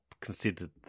considered